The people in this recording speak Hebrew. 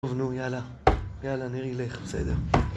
טוב, נו, יאללה. יאללה, נרי לך, בסדר.